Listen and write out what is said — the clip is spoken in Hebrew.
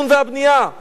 אז איפה הם יגורו?